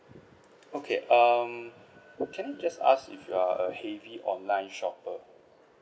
okay um can I just ask if you're a heavy online shopper